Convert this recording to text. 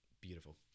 beautiful